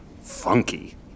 funky